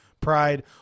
Pride